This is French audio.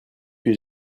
que